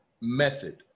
method